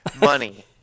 money